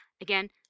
Again